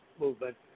movement